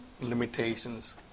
limitations